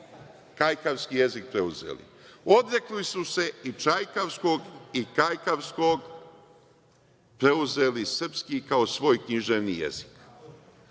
kajkavski jezik preuzeli. Odrekli su se i čajkavskog i kajkavskog, preuzeli srpski kao svoj književni jezik,